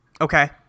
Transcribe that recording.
okay